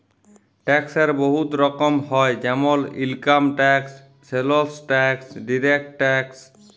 ট্যাক্সের বহুত রকম হ্যয় যেমল income tax, sales tax, direct tax